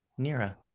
Nira